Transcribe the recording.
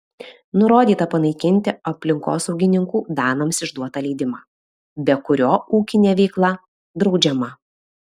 nurodyta panaikinti aplinkosaugininkų danams išduotą leidimą be kurio ūkinė veikla draudžiama